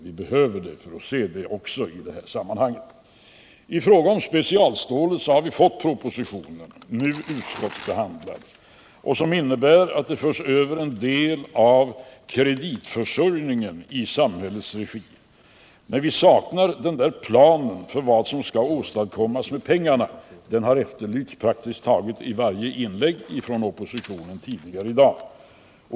Vi behöver det i det här sammanhanget. I fråga om specialstålet innebär propositionen, nu utskottsbehandlad, att en del av kreditförsörjningen förs över i samhällets regi. Men vi saknar en plan över vad som skall åstadkommas med pengarna — en sådan har efterlysts i praktiskt taget varje inlägg från oppositionen tidigare i dag.